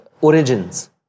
Origins